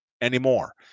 anymore